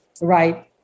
right